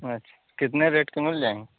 अच्छा कितने रेट के मिल जाएँगे